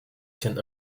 can